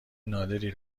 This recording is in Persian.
نادری